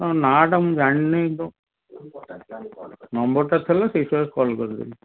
ତାଙ୍କ ନାଁଟା ମୁଁ ଜାଣିନାହିଁ ତ ନମ୍ବରଟା ଥିଲା ସେଇ କଲ୍ କରିଦେଲି